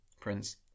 Prince